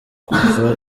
kuva